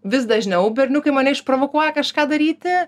vis dažniau berniukai mane išprovokuoja kažką daryti